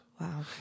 Wow